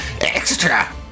extra